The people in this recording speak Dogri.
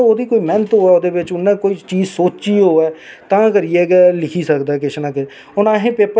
कोई बी इक ऐसी पार्टी ऐ कि जिन्हे आसेंगी महिलांए भी हक दित्ता अग्गे बधने आस्तै और साढ़ियां भैनां ना